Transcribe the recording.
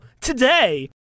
today